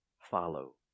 follow